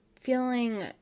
feeling